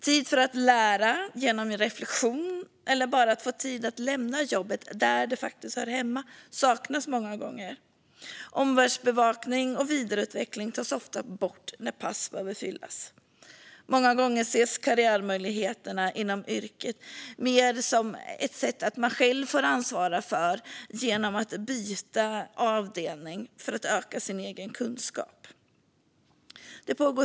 Tid att lära genom reflektion eller att bara få tid att lämna jobbet där det hör hemma saknas många gånger. Omvärldsbevakning och vidareutveckling tas ofta bort när pass behöver fyllas. Karriärmöjligheterna inom yrket ses många gånger mer som något som man själv får ansvara för genom att byta avdelning för att öka sin egen kunskap.